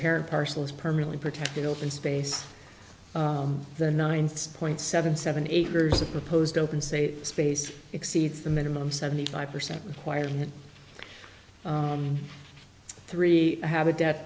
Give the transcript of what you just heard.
parent parcels permanently protected open space the nine point seven seven acres of proposed open save space exceeds the minimum seventy five percent requirement three ha